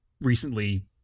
recently